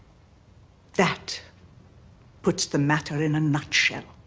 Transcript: that puts the matter in a nutshell.